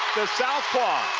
the south paw.